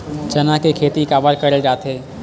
चना के खेती काबर करे जाथे?